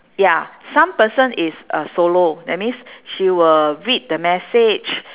ya some person is uh solo that means she will read the message